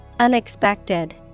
Unexpected